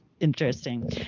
Interesting